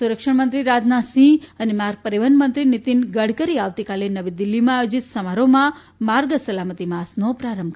સંરક્ષણમંત્રી રાજનાથ સિંહ અને માર્ગ પરિવહન મંત્રી નિતીન ગડકરી આવતીકાલે નવી દિલ્હીમાં આયોજીત સમારોહમાં માર્ગ સલામતી માસનો પ્રારંભ કરવશે